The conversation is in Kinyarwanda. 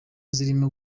zirimo